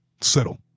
settle